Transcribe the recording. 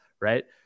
right